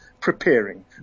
preparing